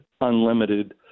unlimited